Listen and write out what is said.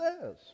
says